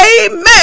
amen